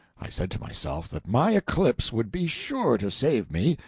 i said to myself that my eclipse would be sure to save me,